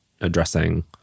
addressing